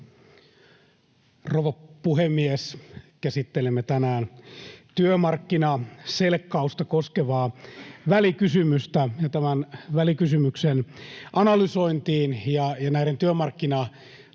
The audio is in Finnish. Rouva puhemies! Käsittelemme tänään työmarkkinaselkkausta koskevaa välikysymystä, ja tämän välikysymyksen analysointiin ja näiden työmarkkinatoimien